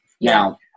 Now